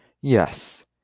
yes